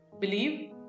believe